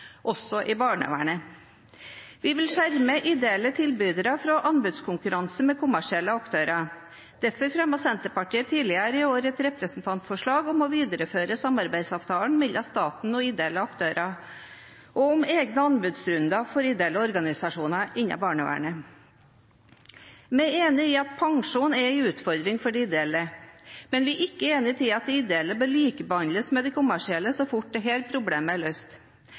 barnevernet. Vi vil skjerme ideelle tilbydere fra anbudskonkurranse med kommersielle aktører. Derfor fremmet Senterpartiet tidligere i år et representantforslag om å videreføre samarbeidsavtalen mellom staten og ideell sektor og om egne anbudsrunder for ideelle organisasjoner innen barnevernet. Vi er enig i at pensjon er en utfordring for de ideelle, men vi er ikke enig i at de ideelle bør likebehandles med de kommersielle så fort dette problemet er løst.